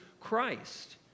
Christ